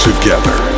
together